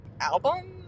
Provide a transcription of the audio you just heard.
album